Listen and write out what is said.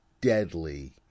deadly